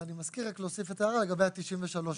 ואני מזכיר רק להוסיף את ההערה לגבי ה-93 שעות.